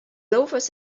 loafers